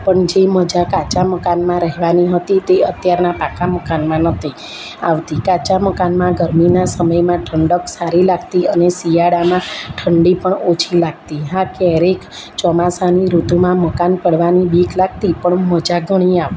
પણ જે મજા કાચા મકાનમાં રહેવાની હતી તે અત્યારના પાકા મકાનમાં નથી આવતી કાચા મકાનમાં ગરમીના સમયમાં ઠંડક સારી લગતી અને શિયાળાના ઠંડી પણ ઓછી લાગતી હા ક્યારેક ચોમાસાની ઋતુમાં મકાન પડવાની બીક લાગતી પણ મજા ઘણી આવતી